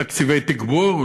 תקציב תגבור,